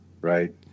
Right